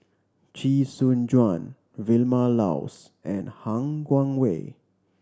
Chee Soon Juan Vilma Laus and Han Guangwei